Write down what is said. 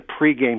pregame